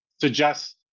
suggest